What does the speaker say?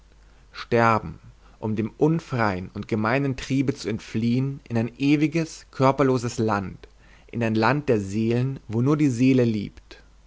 sterben um dem unfreien und gemeinen triebe zu entfliehen in ein ewiges körperloses land in ein land der seelen wo nur die seele liebt